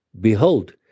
Behold